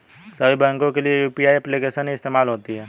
सभी बैंकों के लिए क्या यू.पी.आई एप्लिकेशन ही इस्तेमाल होती है?